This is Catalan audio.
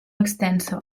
extensa